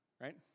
Right